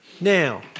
Now